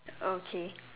okay